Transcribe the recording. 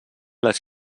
les